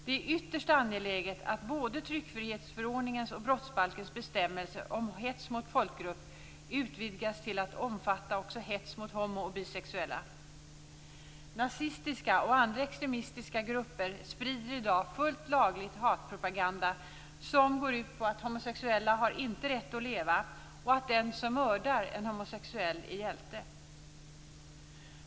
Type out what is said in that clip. Det är ytterst angeläget att både tryckfrihetsförordningens och brottsbalkens bestämmelser om hets mot folkgrupp utvidgas till att omfatta hets mot homo och bisexuella. Nazistiska och andra extremistiska grupper sprider i dag fullt lagligt hatpropaganda som går ut på att homosexuella inte har rätt att leva och att den som mördar en homosexuell är hjälte.